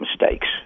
mistakes